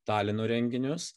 talino renginius